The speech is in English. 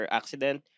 accident